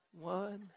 one